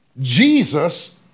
Jesus